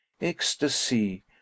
ecstasy